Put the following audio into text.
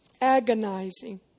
agonizing